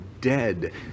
dead